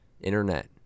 internet